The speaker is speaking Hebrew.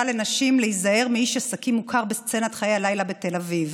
לנשים להיזהר מאיש עסקים מוכר בסצנת חיי הלילה בתל אביב,